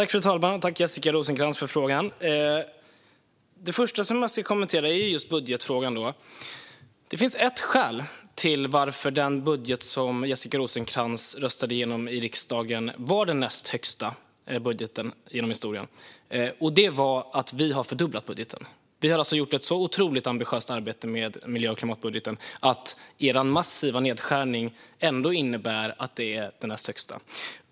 Fru talman! Tack, Jessica Rosencrantz, för frågan! Det första som jag ska kommentera är just budgetfrågan. Det finns ett skäl till att den budget som Jessica Rosencrantz röstade igenom i riksdagen var den näst högsta miljö och klimatbudgeten genom historien. Det var att vi har fördubblat budgeten. Vi har gjort ett så ambitiöst arbete med miljö och klimatbudgeten att er massiva nedskärning ändå innebär att den är den näst högsta.